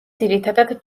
ძირითადად